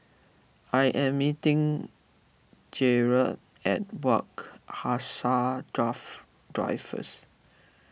I am meeting Jerad at Wak Hassa draft drive first